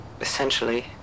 essentially